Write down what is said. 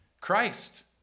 Christ